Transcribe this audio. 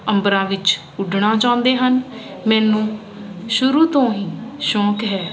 ਅੰਬਰਾਂ ਵਿੱਚ ਉੱਡਣਾ ਚਾਉਂਦੇ ਹਨ ਮੈਨੂੰ ਸ਼ੁਰੂ ਤੋਂ ਹੀ ਸ਼ੌਂਕ ਹੈ